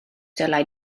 dylai